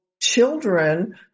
children